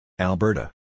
Alberta